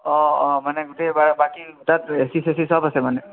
অ অ মানে গোটেই বাকী তাত এ চি চেচি সব আছে মানে